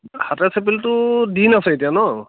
সাতাইছ এপ্ৰিলতো দিন আছে এতিয়া ন'